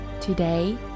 Today